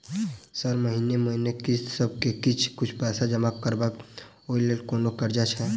Sir महीने महीने किस्तसभ मे किछ कुछ पैसा जमा करब ओई लेल कोनो कर्जा छैय?